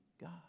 God